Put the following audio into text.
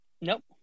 Nope